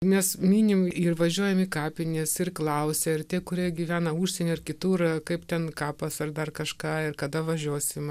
nes minim ir važiuojam į kapines ir klausia ar tie kurie gyvena užsienyje kitur kaip ten kapas ar dar kažką ir kada važiuosim